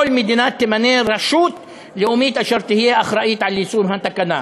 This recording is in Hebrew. כל מדינה תמנה רשות לאומית אשר תהיה אחראית ליישום התקנה.